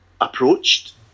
approached